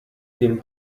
dem